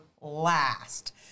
last